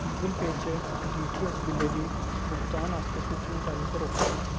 Google pay च DTH बिल्लें दी भुगतान आस्तै सूचनां चालू करो